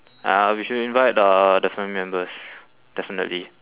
(uh huh) we should invite the the family members definitely